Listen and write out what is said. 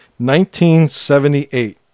1978